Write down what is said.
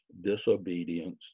disobedience